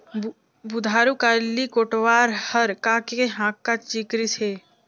बुधारू काली कोटवार हर का के हाँका चिकरिस हे?